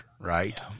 Right